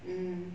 mm